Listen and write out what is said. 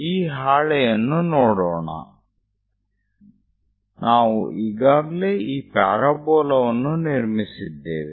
ಈ ಹಾಳೆಯನ್ನು ನೋಡೋಣ ನಾವು ಈಗಾಗಲೇ ಈ ಪ್ಯಾರಾಬೋಲಾವನ್ನು ನಿರ್ಮಿಸಿದ್ದೇವೆ